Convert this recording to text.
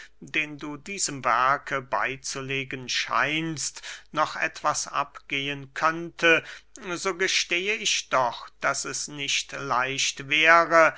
den du diesem werke beyzulegen scheinst noch etwas abgehen könnte so gestehe ich doch daß es nicht leicht wäre